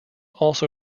also